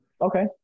Okay